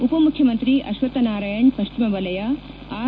ಉಪಮುಖ್ಯಮಂತ್ರಿ ಅಶ್ವತ್ಥ್ ನಾರಾಯಣ್ ಪಶ್ಚಿಮ ವಲಯ ಆರ್